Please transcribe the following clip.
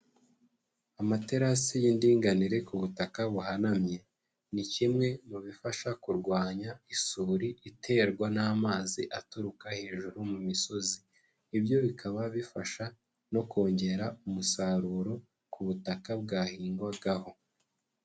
Amaterasi y'indinganire ku butaka buhanamye ni kimwe mu bifasha kurwanya isuri iterwa n'amazi aturuka hejuru mu misozi, ibyo bikaba bifasha no kongera umusaruro ku butaka bwahingwagaho.